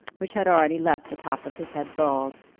which had already left the top of his head bald,